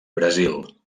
brasil